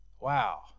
Wow